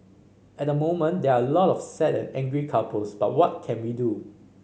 at the moment there are a lot of sad and angry couples but what can we do